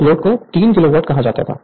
उस लोड को 3 किलोवाट कहा जाता था